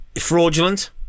fraudulent